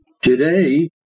Today